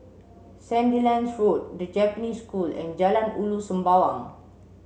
Sandilands Road The Japanese School and Jalan Ulu Sembawang